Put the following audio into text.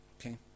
Okay